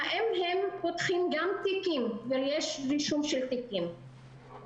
והאם הם פותחים גם תיקים ויש רישום של תיקים.